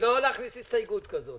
לא להכניס הסתייגות כזאת.